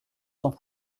sans